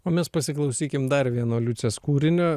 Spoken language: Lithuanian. o mes pasiklausykim dar vieno liucės kūrinio